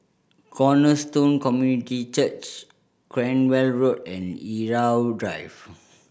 Cornerstone Community Church Cranwell Road and Irau Drive